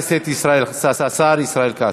התשע"ז 2016,